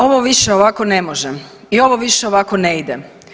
Ovo više ovako ne može i ovo više ovako ne ide.